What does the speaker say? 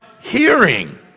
hearing